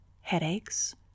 headaches